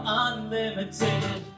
unlimited